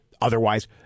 Otherwise